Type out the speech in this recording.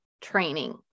training